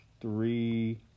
three